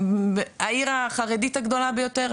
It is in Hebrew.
העיר החרדית הגדולה ביותר,